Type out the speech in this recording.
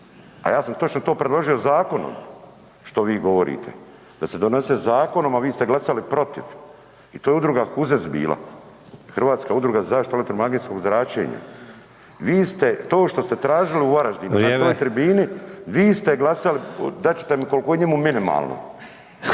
a ja sam točno to predložio zakonom što vi govorite da se donese zakonom, a vi ste glasali protiv. I to je udruga HUZEZ bila Hrvatska udruga za zaštitu elektromagnetskog zračenja. To što ste tražili u Varaždinu … /Upadica Sanader: Vrijeme./ … na toj tribini, dat ćete mi koliko i njemu minimalno.